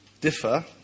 differ